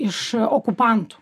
iš okupantų